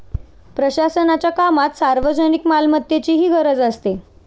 प्रशासनाच्या कामात सार्वजनिक मालमत्तेचीही गरज असते